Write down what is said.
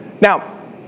Now